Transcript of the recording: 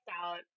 out